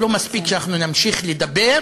לא מספיק שאנחנו נמשיך לדבר